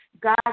God